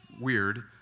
weird